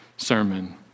sermon